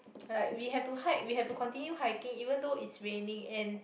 like we have to hike we have to continue hiking even though is raining and